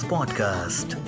Podcast